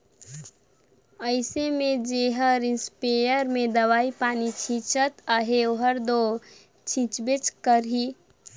अइसे में जेहर इस्पेयर में दवई पानी छींचत अहे ओहर दो छींचबे करही